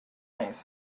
thanks